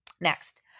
Next